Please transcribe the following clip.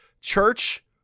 church